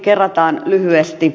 kerrataan lyhyesti